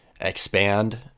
expand